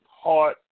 heart